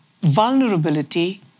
Vulnerability